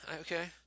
okay